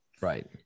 right